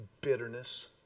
bitterness